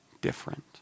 different